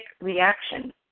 reaction